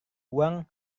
uang